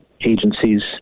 agencies